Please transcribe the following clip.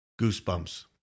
goosebumps